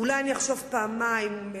אולי אחשוב פעמיים.